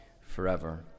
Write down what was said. forever